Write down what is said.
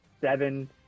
seven